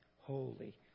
holy